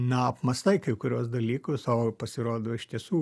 na apmąstai kai kuriuos dalykus o pasirodo iš tiesų